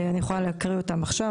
אני יכולה להקריא אותם עכשיו.